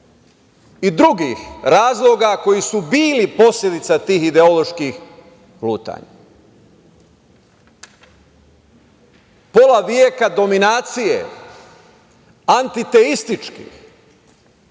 i drugih razloga koji su bili posledica tih ideoloških lutanja. Pola veka dominacije antiteističkih,